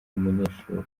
umunyeshuri